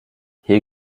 hier